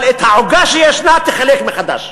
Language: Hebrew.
אבל את העוגה שישנה תחלק מחדש.